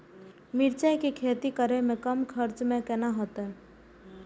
मिरचाय के खेती करे में कम खर्चा में केना होते?